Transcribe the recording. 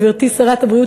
גברתי שרת הבריאות,